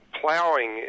plowing